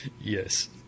Yes